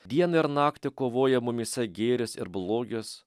dieną ir naktį kovoja mumyse gėris ir blogis